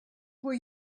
were